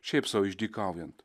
šiaip sau išdykaujant